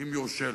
אם יורשה לי.